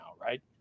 right